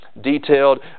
Detailed